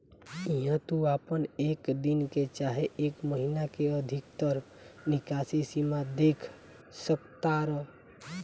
इहा तू आपन एक दिन के चाहे एक महीने के अधिकतर निकासी सीमा देख सकतार